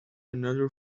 another